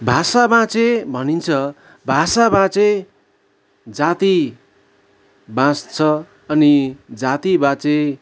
भाषा बाँचे भनिन्छ भाषा बाँचे जाति बाँच्छ अनि जाति बाँचे